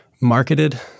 marketed